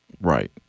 Right